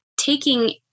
taking